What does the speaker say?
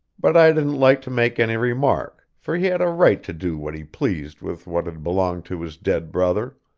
but i didn't like to make any remark, for he had a right to do what he pleased with what had belonged to his dead brother.